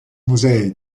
musei